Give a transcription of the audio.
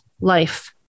life